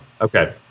okay